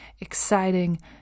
exciting